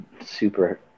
super